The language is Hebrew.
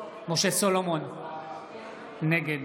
נגד